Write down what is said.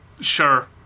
sure